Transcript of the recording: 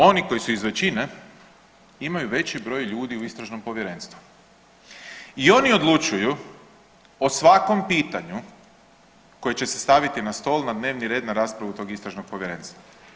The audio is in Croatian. Oni koji su iz većine imaju veći broj ljudi u istražnom povjerenstvu i oni odlučuju o svakom pitanju koje će se staviti na stol na dnevni red na raspravu tog istražnog povjerenstva.